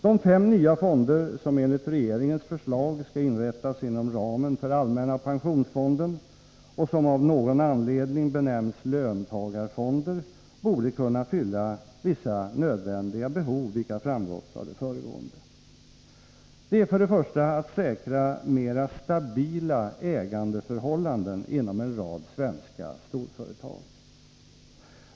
De fem nya fonder som enligt regeringens förslag skall inrättas inom ramen för allmänna pensionsfonden och som av någon anledning benämns löntagarfonder borde kunna fylla vissa nödvändiga behov, vilka framgått av det föregående. Det är för det första att säkra mera stabila ägandeförhållanden inom en rad svenska storföretag.